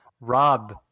Rob